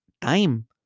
time